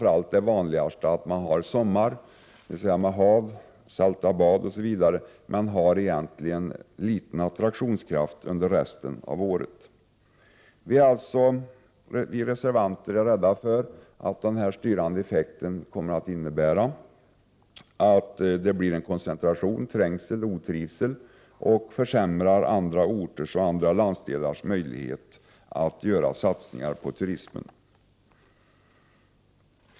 Det vanligaste är kanske att man har sommarturism, med hav, salta bad osv. Man har egentligen liten attraktionskraft under resten av året. Vi reservanter är rädda för att denna styrande effekt kommer att innebära koncentration, trängsel och otrivsel och att den kommer att försämra andra orters och andra landsdelars möjlighet att göra satsningar på turismen.